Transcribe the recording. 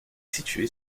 située